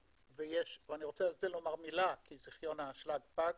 אני רוצה לומר מילה כי זכיון האשלג פג,